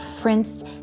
prince